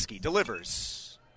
delivers